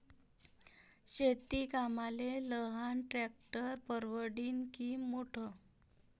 शेती कामाले लहान ट्रॅक्टर परवडीनं की मोठं?